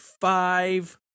five